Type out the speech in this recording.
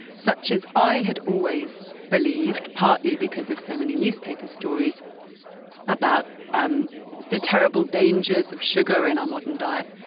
such as i had always believed, partly because of so many newspapers, stories about um the terrible dangers of sugar in our modern diet,